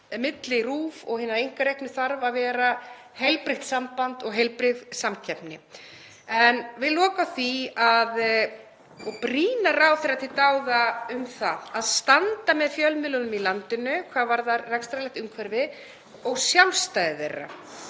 milli RÚV og hinna einkareknu þarf að vera heilbrigt samband og heilbrigð samkeppni. Ég vil loka á því að brýna ráðherra til dáða um að standa með fjölmiðlunum í landinu hvað varðar rekstrarlegt umhverfi og sjálfstæði þeirra,